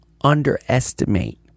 underestimate